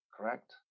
correct